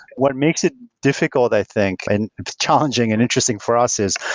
what makes it difficult, i think, and challenging and interesting for us is,